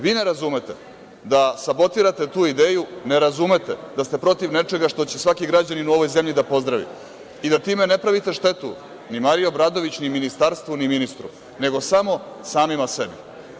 Vi ne razumete da sabotirate tu ideju, ne razumete da ste protiv nečega što će svaki građanin u ovoj zemlji da pozdravi i da time ne pravite štetu ni Mariji Obradović, ni ministarstvu, ni ministru, nego samo samima sebi.